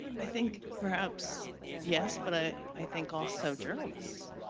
i think perhaps yes, but i i think also journalists,